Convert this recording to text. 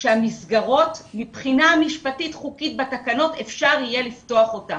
שהמסגרות מבחינה משפטית חוקית בתקנות אפשר יהיה לפתוח אותן.